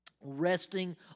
resting